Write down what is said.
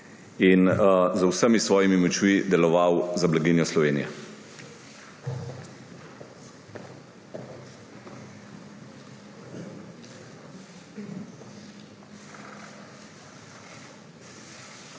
in z vsemi svojimi močmi deloval za blaginjo Slovenije.